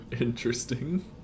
Interesting